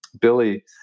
billy